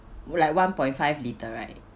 like one point five litre right